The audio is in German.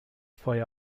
feuer